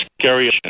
scary